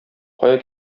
кая